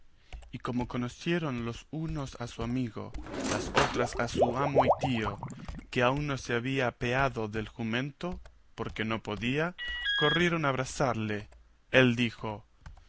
y como conocieron los unos a su amigo las otras a su amo y tío que aún no se había apeado del jumento porque no podía corrieron a abrazarle él dijo